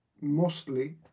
mostly